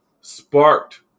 sparked